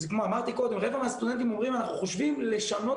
רבע מהסטודנטים אומרים: אנחנו חושבים לשנות